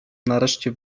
nareszcie